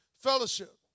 fellowship